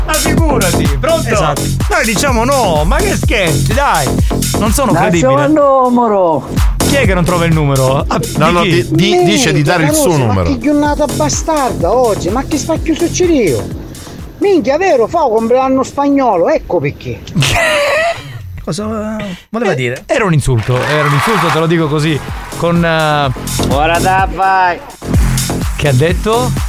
Ma figurati, pronto? Esatto. Dai, diciamo no, ma che scherzi, dai, non sono Ma credibile. Giovannomoro. Chi è che non trova il numero? Ah, di No, no, chi? di- di- dice di Minchia, dare il Giannuzzi, suo ma numero. chi è un nato bastardo oggi? Ma chi sta chiuso in giro? Minchia, vero? Fa, compleanno spagnolo, ecco perché. Cosa- voleva Eh, dire? era un insulto, era un insulto, te lo dico così, con, eh, Ora dai, vai. che ha detto?